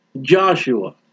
Joshua